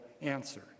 answer